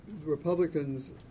Republicans